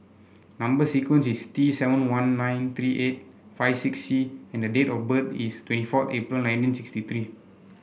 number sequence is T seven one nine three eight five six C and date of birth is twenty four April nineteen sixty three